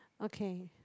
okay